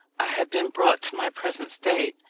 i had been brought to my present state.